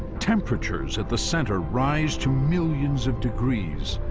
temperatures at the center rise to millions of degrees,